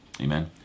Amen